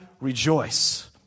rejoice